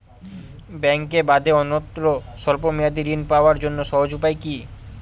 ব্যাঙ্কে বাদে অন্যত্র স্বল্প মেয়াদি ঋণ পাওয়ার জন্য সহজ উপায় কি?